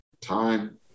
Time